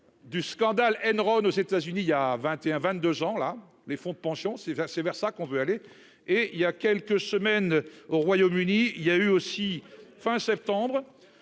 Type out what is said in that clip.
Du scandale Enron aux États-Unis il y a 21 22 jan là les fonds de pension c'est vers c'est vers ça qu'on veut aller et il y a quelques semaines au Royaume-Uni il y a eu aussi fin septembre.